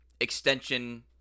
extension